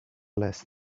last